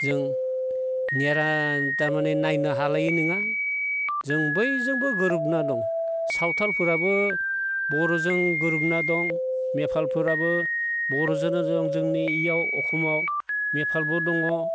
जों नेरान तारमाने नायनो हालायि नङा जों बयजोंबो गोरोबना दं सावथालफोराबो बर'जों गोरोबना दं नेफालिफोरबो बर'जोंनो दं जोंनि बेयाव आसामाव नेफालिबो दङ